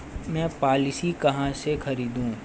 मैं पॉलिसी कहाँ से खरीदूं?